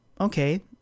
Okay